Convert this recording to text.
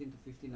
mm